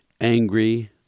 angry